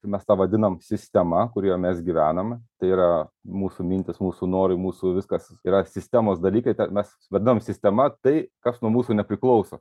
tai mes tą vadinam sistema kurioj mes gyvename tai yra mūsų mintys mūsų norai mūsų viskas yra sistemos dalykai tą mes vadinam sistema tai kas nuo mūsų nepriklauso